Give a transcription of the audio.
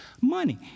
money